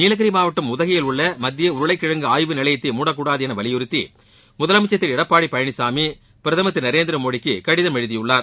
நீலகிரி மாவட்டம் உதகையில் உள்ள மத்திய உருளைக்கிழங்கு ஆய்வு நிலையத்தை மூடக்கூடாது என்று வலியுறுத்தி முதலமைச்சர் திரு எடப்பாடி பழனிசாமி பிரதமர் திரு நரேந்திரமோடிக்கு கடிதம் எழுதியுள்ளார்